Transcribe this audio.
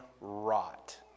rot